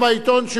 לא, לא.